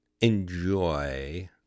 enjoy